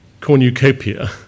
cornucopia